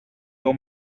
your